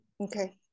Okay